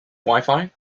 wifi